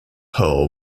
hull